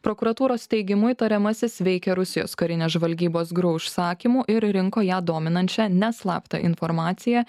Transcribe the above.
prokuratūros teigimu įtariamasis veikė rusijos karinės žvalgybos gru užsakymu ir rinko ją dominančią neslaptą informaciją